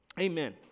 Amen